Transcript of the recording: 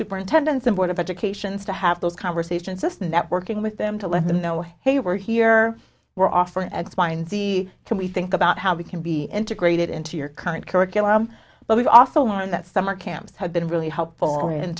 superintendents and board of educations to have those conversations just networking with them to let them know hey we're here we're offering x y and z to we think about how we can be integrated into your current curriculum but we've also learned that summer camps have been really helpful in